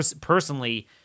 personally